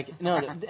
no